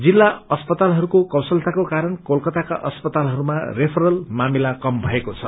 जिल्ला अस्पतालहको कौशलताको कारण कोलकाताका अस्पतालहरूमा रेफरेलको मामिला कम भएको छ